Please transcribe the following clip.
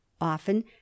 often